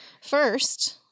First